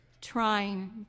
trying